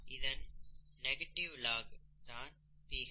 இதன் negative log தான் pH